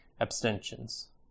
abstentions